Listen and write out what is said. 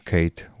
Kate